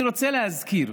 אני רוצה להזכיר: